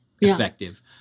effective